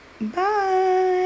bye